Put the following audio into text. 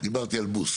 דיברתי על "בוסט",